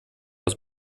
aus